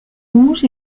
rouge